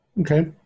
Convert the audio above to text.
Okay